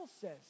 says